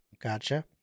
gotcha